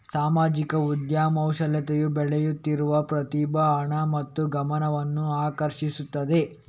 ಸಾಮಾಜಿಕ ಉದ್ಯಮಶೀಲತೆಯು ಬೆಳೆಯುತ್ತಿರುವ ಪ್ರತಿಭೆ, ಹಣ ಮತ್ತು ಗಮನವನ್ನು ಆಕರ್ಷಿಸುತ್ತಿದೆ